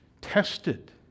tested